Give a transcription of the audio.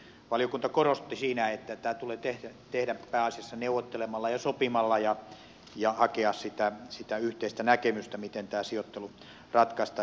valiokunta korosti siinä että tämä tulee tehdä pääasiassa neuvottelemalla ja sopimalla ja hakea yhteistä näkemystä siinä miten tämä sijoittelu ratkaistaan